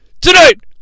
Tonight